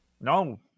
No